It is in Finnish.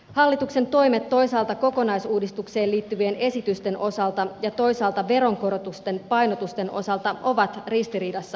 hallituksen toimet toisaalta kokonaisuudistukseen liittyvien esitysten osalta ja toisaalta veronkorotusten painotusten osalta ovat ristiriidassa keskenään